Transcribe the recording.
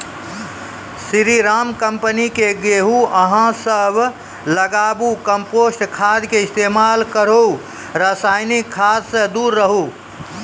स्री Ram company के गेहूँ अहाँ सब लगाबु कम्पोस्ट खाद के इस्तेमाल करहो रासायनिक खाद से दूर रहूँ?